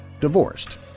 divorced